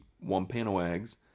Wampanoags